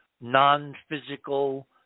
non-physical